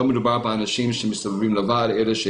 לא מדובר באנשים שמסתובבים לבד אלא הם